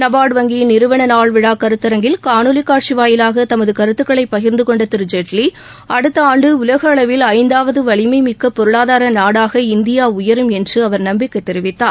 நபார்ட் வங்கியின் நிறுவன நாள் விழா கருத்தரங்கில் காணொலி காட்சி வாயிலாக தமது கருத்துக்களை பகிர்ந்தகொண்ட திரு ஜேட்லி அடுத்த ஆண்டு உலக அளவில் ஐந்தாவது வலிமை மிக்க பொருளாதார நாடாக இந்தியா உயரும் என்று அவர் நம்பிக்கை தெரிவித்தார்